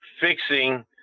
fixing